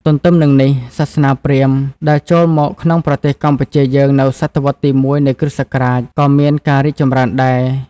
ទន្ទឹមនឹងនេះ សាសនាព្រាហ្មណ៍ ដែលចូលមកក្នុងប្រទេសកម្ពុជាយើង នៅស.វ. ទី ១ នៃគ.ស. ក៏មានការរីកចម្រើនដែរ ។